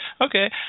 Okay